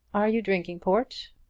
are you drinking port?